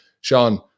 Sean